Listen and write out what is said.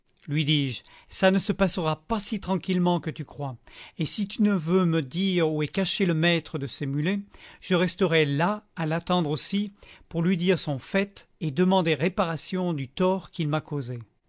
lui dis-je ça ne se passera pas si tranquillement que tu crois et si tu ne veux me dire où est caché le maître de ces mulets je resterai là à l'attendre aussi pour lui dire son fait et demander réparation du tort qu'il m'a causé